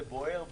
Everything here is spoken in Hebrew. זה בוער בי.